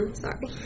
sorry